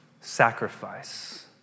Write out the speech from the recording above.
Sacrifice